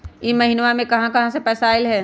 इह महिनमा मे कहा कहा से पैसा आईल ह?